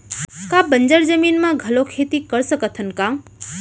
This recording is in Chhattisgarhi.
का बंजर जमीन म घलो खेती कर सकथन का?